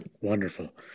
Wonderful